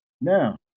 Now